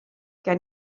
gen